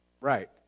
Right